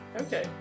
Okay